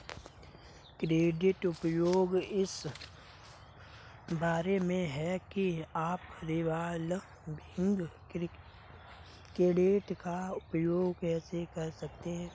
credit उपयोग इस बारे में है कि आप रिवॉल्विंग क्रेडिट का उपयोग कैसे कर रहे हैं